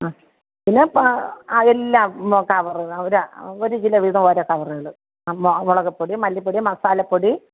അ പിന്നെ അ എല്ലാം കവറ് ഒരു ഒരു കിലോ വീതം ഓരോ കവറുകൾ അ മുളക് പൊടി മല്ലിപ്പൊടി മസാലപ്പൊടി